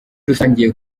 rusange